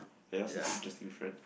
ah ya such a interesting friend